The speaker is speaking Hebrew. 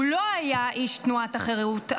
הוא לא היה איש תנועת החרות,